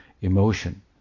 emotion